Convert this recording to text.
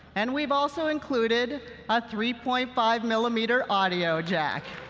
and we've also included a three point five millimeter audio jack.